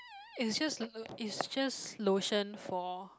is just is just lotion for